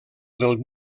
del